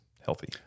healthy